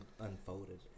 unfolded